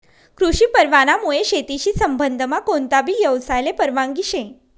कृषी परवानामुये शेतीशी संबंधमा कोणताबी यवसायले परवानगी शे